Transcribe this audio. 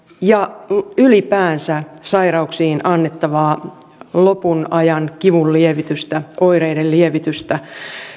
ja ylipäänsä sairauksiin annettavaa lopunajan kivunlievitystä ja oireiden lievitystä